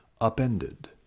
upended